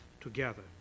together